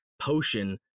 potion